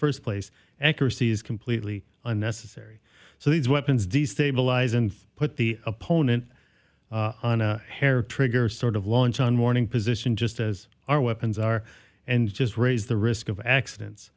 first place accuracy is completely unnecessary so these weapons destabilize and put the opponent on a hair trigger sort of launch on warning position just as our weapons are and just raise the risk of accidents